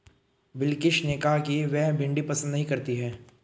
बिलकिश ने कहा कि वह भिंडी पसंद नही करती है